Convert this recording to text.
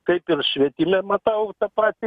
kaip ir švietime matau tą patį